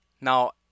Now